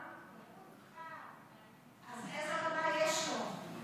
הוא, אז איזו רמה יש לו?